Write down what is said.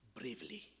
Bravely